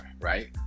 right